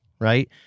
right